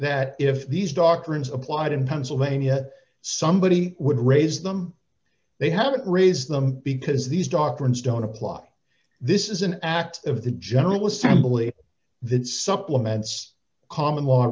that if these doctrines applied in pennsylvania somebody would raise them they haven't raised them because these doctrines don't apply this is an act of the general assembly that supplements common law